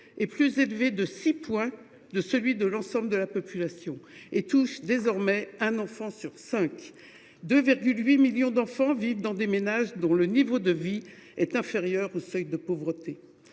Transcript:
est plus élevé de six points que celui de l’ensemble de la population. Un enfant sur cinq est désormais concerné et 8 millions d’enfants vivent dans des ménages dont le niveau de vie est inférieur au seuil de pauvreté.